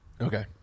Okay